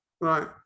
Right